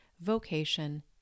vocation